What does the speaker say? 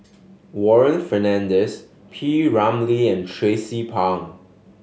Warren Fernandez P Ramlee and Tracie Pang